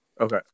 okay